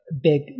Big